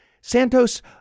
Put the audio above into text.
Santos